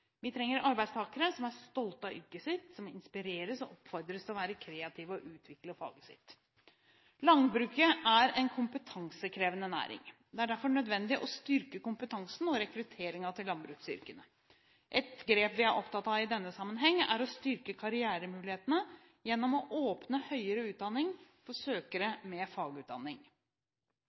Vi trenger arbeidstakere som er stolte av yrket sitt, og som inspireres og oppfordres til å være kreative og utvikle faget sitt. Landbruket er en kompetansekrevende næring. Det er derfor nødvendig å styrke kompetansen og rekrutteringen til landbruksyrkene. Et grep vi er opptatt av i denne sammenheng, er å styrke karrieremulighetene gjennom å åpne høyere utdanning for søkere med fagutdanning.